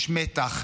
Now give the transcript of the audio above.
יש מתח.